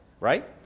right